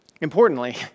importantly